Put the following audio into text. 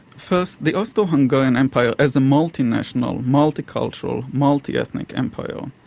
first, the austro-hungarian empire, as a multinational, multicultural, multi-ethnic empire,